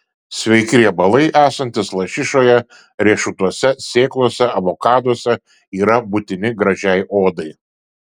sveiki riebalai esantys lašišoje riešutuose sėklose avokaduose yra būtini gražiai odai